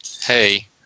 Hey